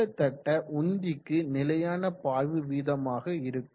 கிட்டதட்ட உந்திக்கு நிலையான பாய்வு வீதமாக இருக்கும்